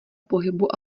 pohybu